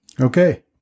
Okay